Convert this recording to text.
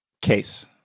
case